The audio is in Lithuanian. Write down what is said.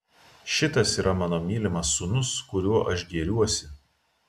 šitas yra mano mylimas sūnus kuriuo aš gėriuosi